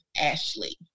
Ashley